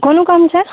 કોનું કામ છે